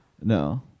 no